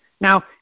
Now